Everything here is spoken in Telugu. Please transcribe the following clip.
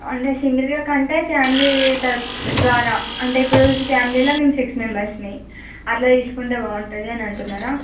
అంటే సింగిల్గా కంటే ఫ్యామిలీ తరఫు ద్వారా అంటే ఇప్పుడు ఫ్యామిలీలో మేము సిక్స్ మెంబెర్స్మీ అట్లా తీసుకుంటే బాగుంటుందని అంటున్నరా